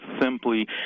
simply